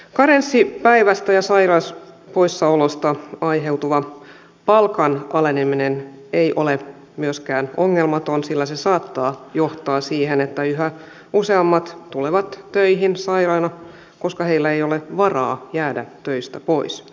karenssipäivästä ja sairauspoissaolosta aiheutuva palkan aleneminen ei ole myöskään ongelmaton sillä se saattaa johtaa siihen että yhä useammat tulevat töihin sairaina koska heillä ei ole varaa jäädä töistä pois